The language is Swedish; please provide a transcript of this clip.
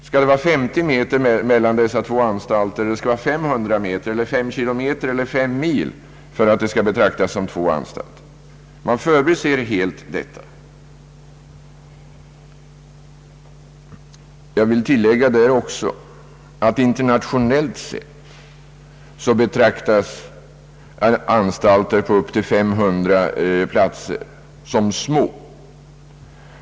Skall det vara 50 meter mellan dessa två anstalter, eller skall det vara 500 meter eller 5 kilometer eller 5 mil för att de skall betraktas som två anstalter? Man förbiser helt detta. Jag vill också tillägga, att internatiosernellt sett betraktas anstalter på upp till 500 platser såsom små.